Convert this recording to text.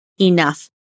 enough